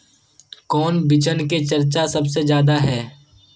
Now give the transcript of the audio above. कौन बिचन के चर्चा सबसे ज्यादा है?